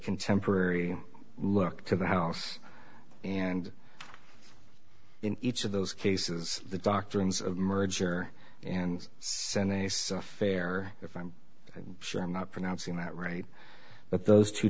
contemporary look to the house and in each of those cases the doctrines of merger and send they saw fair if i'm sure i'm not pronouncing that right but those two